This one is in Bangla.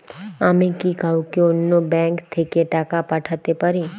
আমি কি কাউকে অন্য ব্যাংক থেকে টাকা পাঠাতে পারি?